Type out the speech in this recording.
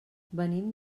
venim